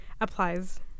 applies